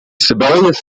sibelius